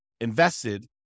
invested